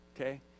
Okay